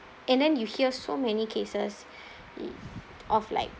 and then you hear so many cases of like